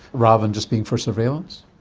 rather than just being for surveillance?